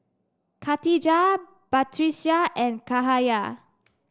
khatijah Batrisya and Cahaya